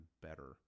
better